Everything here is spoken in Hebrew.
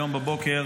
היום בבוקר